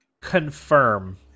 confirm